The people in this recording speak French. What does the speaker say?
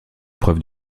preuve